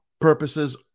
purposes